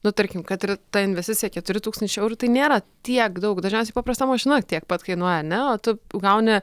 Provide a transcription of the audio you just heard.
nu tarkim kad ir ta investicija keturi tūkstančiai eurų tai nėra tiek daug dažniausiai paprasta mašina tiek pat kainuoja ane o tu gauni